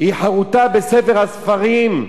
חרותה בספר הספרים".